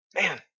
man